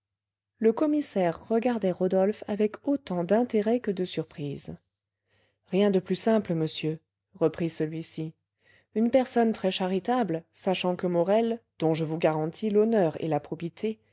le commissaire regardait rodolphe avec autant d'intérêt que de surprise rien de plus simple monsieur reprit celui-ci une personne très charitable sachant que morel dont je vous garantis l'honneur et la probité